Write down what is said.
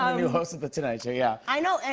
um new host of the tonight show, yeah. i know, and